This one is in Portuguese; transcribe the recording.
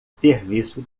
serviço